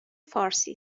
فارسی